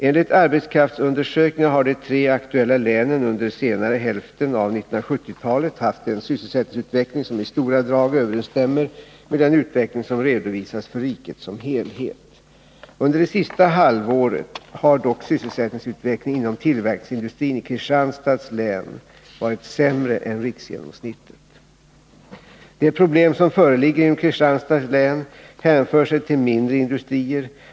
Enligt arbetskraftsundersökningarna har de tre aktuella länen under senare hälften av 1970-talet haft en sysselsättningsutveckling som i stora drag överensstämmer med den utveckling som redovisas för riket som helhet. Under det senaste halvåret har dock sysselsättningsutvecklingen inom tillverkningsindustrin i Kristianstads län varit sämre än riksgenomsnittet. De problem som föreligger inom Kristianstads län hänför sig till mindre Nr 21 industrier.